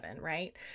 right